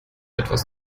etwas